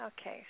Okay